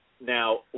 now